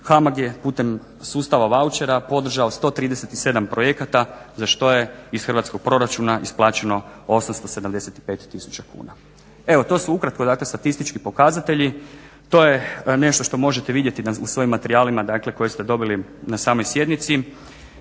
HAMAG je putem sustava vauchera podržao 137 projekata za što je iz hrvatskog proračuna isplaćeno 875000 kuna. Evo to su ukratko, dakle statistički pokazatelji. To je nešto što možete vidjeti u svojim materijalima dakle koje ste dobili na samoj sjednici.